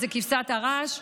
כבשת הרש,